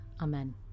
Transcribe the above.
Amen